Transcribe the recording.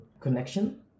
connection